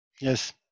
Yes